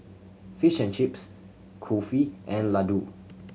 Fish and Chips Kulfi and Ladoo